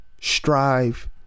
strive